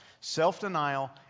Self-denial